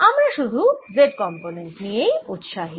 আমরা শুধু z component নিয়ে উৎসাহী